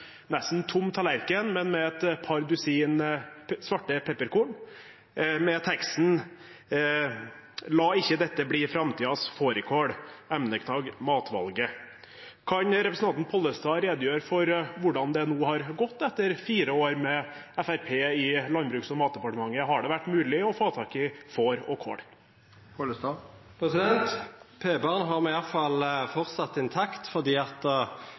nesten tom tallerken, men med et par dusin svarte pepperkorn, med teksten: «La ikkje dette bli framtidas norske fårikål. #matvalget» Kan representanten Pollestad redegjøre for hvordan det nå har gått etter fire år med Fremskrittspartiet i Landbruks- og matdepartementet? Har det vært mulig å få tak i får og kål? Peparen har me iallfall framleis intakt, fordi